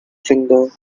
finger